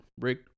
rick